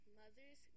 mothers